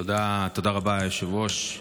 תודה רבה, היושב-ראש.